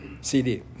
CD